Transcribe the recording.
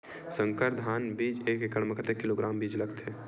संकर धान बीज एक एकड़ म कतेक किलोग्राम बीज लगथे?